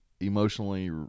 emotionally